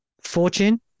fortune